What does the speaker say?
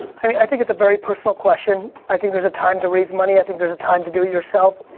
i mean i think it's a very personal question. i think there's a time to raise money, i think there's a time to do it yourself.